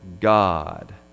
God